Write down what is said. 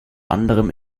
anderem